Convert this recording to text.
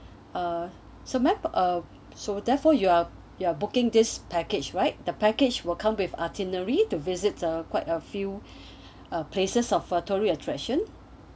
uh so may I so therefore you are you are booking this package right the package will come with itinerary to visit are quite a few places of tourist attraction